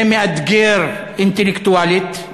זה מאתגר אינטלקטואלית,